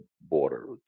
border